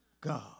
God